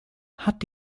hat